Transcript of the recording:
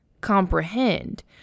comprehend